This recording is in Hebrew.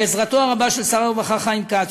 בעזרתו הרבה של שר הרווחה חיים כץ